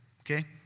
Okay